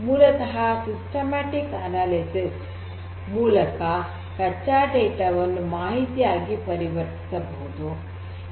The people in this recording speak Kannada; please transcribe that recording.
ಮೂಲತಃ ಸಿಸ್ಟಮ್ಯಾಟಿಕ್ ಅನಾಲಿಸಿಸ್ ಮೂಲಕ ಕಚ್ಚಾ ಡೇಟಾ ವನ್ನು ಮಾಹಿತಿಯಾಗಿ ಪರಿವರ್ತಿಸಬಹುದು